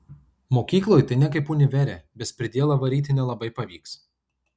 mokykloj tai ne kaip univere bezpridielą varyti nelabai pavyks